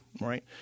right